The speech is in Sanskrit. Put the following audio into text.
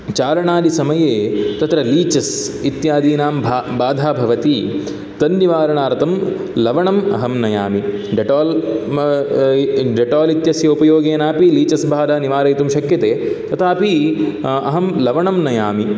चारणादिसमये तत्र लीचस् इत्यादीनां भा बाध भवति तन्निवारणार्तं लवणम् अहं नयामि डेटाल् डेटाल् इत्यस्य उपयोगेनापि लीचस् बाधां निवारयितुं शक्यते तथापि अहं लवणं नयामि